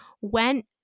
went